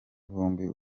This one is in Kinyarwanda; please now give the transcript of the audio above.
vumbi